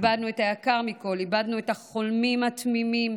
איבדנו את היקר מכול, איבדנו את החולמים התמימים,